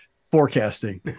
forecasting